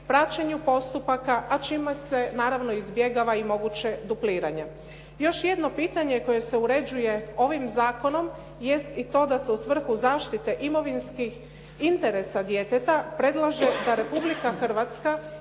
praćenju postupaka, a čime se naravno izbjegava moguće dupliranje. Još jedno pitanje koje se uređuje ovim zakonom, jest i to da se u svrhu zaštite imovinskih interesa djeteta predlaže da Republika Hrvatska